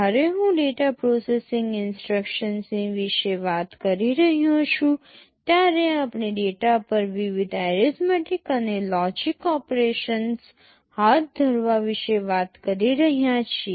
જ્યારે હું data processing instructions વિશે વાત કરી રહ્યો છું ત્યારે આપણે ડેટા પર વિવિધ એરિથમેટીક અને લોજિક ઓપરેશન્સ હાથ ધરવા વિશે વાત કરી રહ્યા છીએ